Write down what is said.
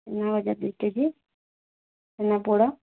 ଛେନା ଗଜା ଦୁଇ କେଜି ଛେନାପୋଡ଼